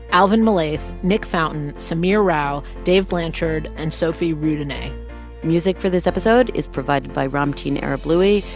alvin malaith, nick fountain, samir rao, dave blanchard and sophie rudenay music for this episode is provided by ramtin arablouei,